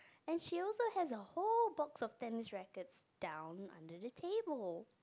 and she also has the whole box of tennis rackets down under the table